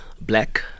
black